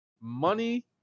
money